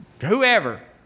whoever